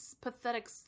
pathetic